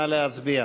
נא להצביע.